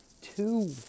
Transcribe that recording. two